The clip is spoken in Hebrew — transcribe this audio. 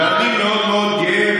אתה יודע שיש גם, וחזרו, אני מאוד מאוד גאה